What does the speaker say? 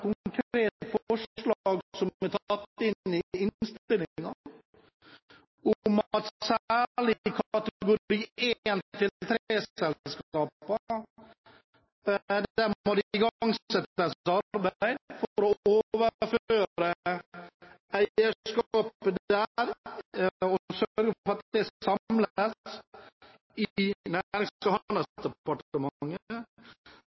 forslag, som er tatt inn i innstillingen, om at særlig for kategori 1–3-selskapene må det igangsettes arbeid for å overføre eierskapet der og sørge for at det samles i